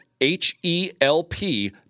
H-E-L-P